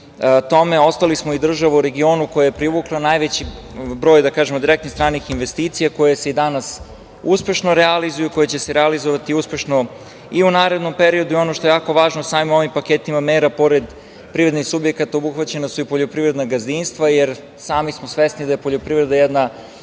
tome ostali smo i država u regionu koja je privukla najveći broj direktnih stranih investicija koje se i danas uspešno realizuju, koje će se realizovati uspešno i u narednom periodu i ono što je jako važno samim ovim paketima mera pored privrednih subjekata obuhvaćena su i poljoprivredna gazdinstva jer sami smo svesni da je poljoprivreda jedna